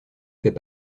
fait